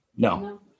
No